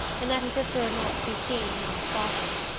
and that he preferred not to be seen in ralph's office.